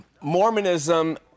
Mormonism